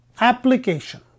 Application